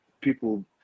people